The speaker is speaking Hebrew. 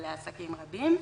ולעסקים רבים.